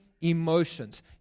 emotions